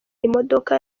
imodoka